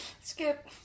Skip